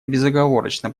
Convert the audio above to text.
безоговорочно